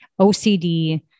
OCD